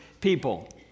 people